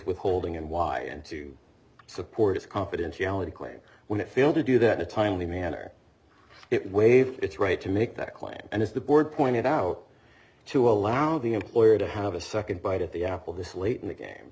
withholding and why and to support its confidentiality claim when it failed to do that a timely manner it waived its right to make that claim and as the board pointed out to allow the employer to have a second bite at the apple this late in the game